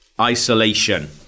isolation